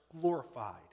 glorified